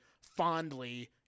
fondly